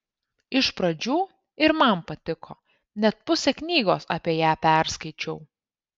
iš pradžių ir man patiko net pusę knygos apie ją perskaičiau